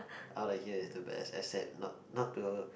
out of here is the best except not not to